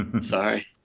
Sorry